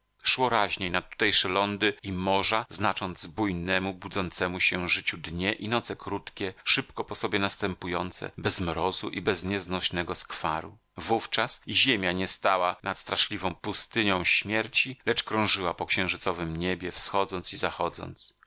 szło raźniej nad tutejsze lądy i morza znacząc bujnemu budzącemu się życiu dnie i noce krótkie szybko po sobie następujące bez mrozu i bez nieznośnego skwaru wówczas i ziemia nie stała nad straszliwą pustynią śmierci lecz krążyła po księżycowym niebie wschodząc i zachodząc